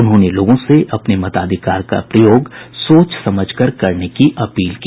उन्होंने लोगों से अपने मताधिकार का प्रयोग सोच समझ कर करने की अपील की